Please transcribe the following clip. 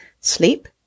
sleep